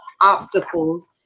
obstacles